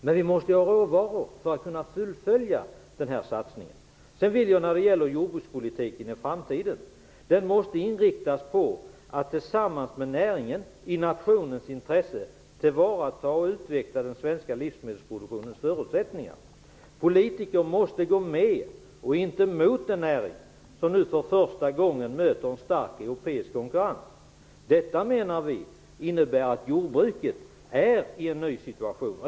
Men vi måste ha råvaror för att kunna fullfölja den här satsningen. Den framtida jordbrukspolitiken måste inriktas på att tillsammans med näringen, i nationens intresse, tillvarata och utveckla den svenska livsmedelsproduktionens förutsättningar. Politiker måste gå med, inte mot, en näring som nu för första gången möter stark europeisk konkurrens. Vi menar att detta innebär att jordbruket befinner sig i en ny situation.